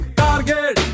target